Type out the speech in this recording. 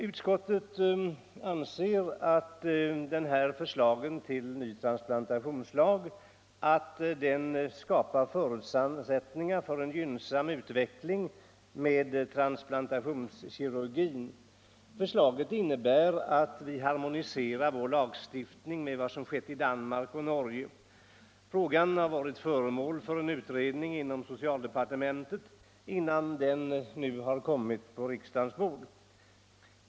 Utskottet anser att förslaget till ny transplantationslag skapar förutsättningar för en gynnsam utveckling inom transplantationskirurgin. Förslaget innebär att vi harmoniserar vår lagstiftning med vad som skett i Danmark och Norge. Frågan har varit föremål för en utredning inom socialdepartementet innan den nu har kommit på riksdagens bord.